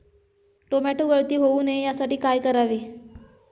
Tomato गळती होऊ नये यासाठी काय करावे?